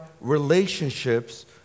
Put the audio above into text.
relationships